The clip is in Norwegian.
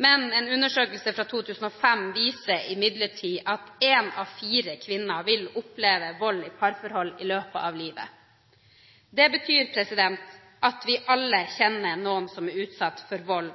En undersøkelse fra 2005 viser imidlertid at én av fire kvinner vil oppleve vold i parforhold i løpet av livet. Det betyr at vi alle kjenner noen som er utsatt for vold